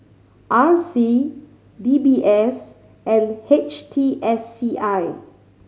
R C D B S and H T S C I